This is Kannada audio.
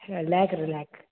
ಲ್ಯಾಕ್ ರೀ ಲ್ಯಾಕ್